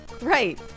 Right